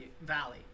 Valley